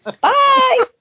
Bye